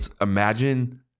imagine